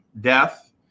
death